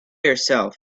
yourself